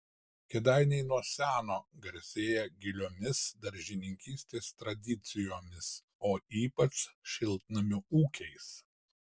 kėdainiai nuo seno garsėja giliomis daržininkystės tradicijomis o ypač šiltnamių ūkiais